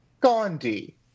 Gandhi